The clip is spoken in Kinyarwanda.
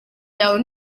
yawe